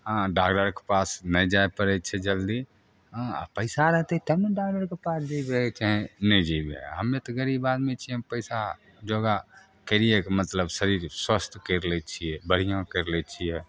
आ डॉक्डरके पास नहि जाय पड़ै छै जल्दी हँ आ पैसा रहतै तब ने डॉक्डरके पास जेबै चाहे नहि जेबै हमे तऽ गरीब आदमी छियै हम पैसा योगा करिएके मतलब शरीर स्वस्थ करि लै छियै बढ़िऑं करि लै छियै